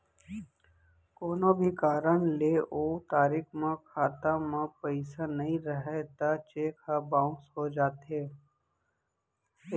कोनो भी कारन ले ओ तारीख म खाता म पइसा नइ रहय त चेक ह बाउंस हो जाथे